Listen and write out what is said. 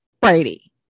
Brady